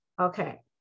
Okay